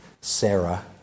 Sarah